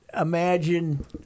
imagine